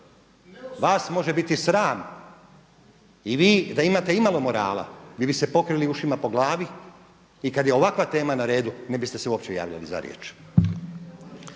Vas može biti sram i vi da imate imalo morala vi biste se pokrili ušima po glavi i kad je ovakva tema na redu ne biste se uopće javljali za riječ.